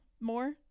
more